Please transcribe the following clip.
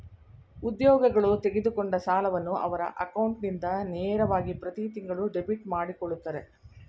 ಉದ್ಯೋಗಗಳು ತೆಗೆದುಕೊಂಡ ಸಾಲವನ್ನು ಅವರ ಅಕೌಂಟ್ ಇಂದ ನೇರವಾಗಿ ಪ್ರತಿತಿಂಗಳು ಡೆಬಿಟ್ ಮಾಡಕೊಳ್ಳುತ್ತರೆ